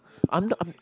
I'm I'm